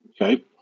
Okay